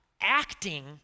acting